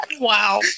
Wow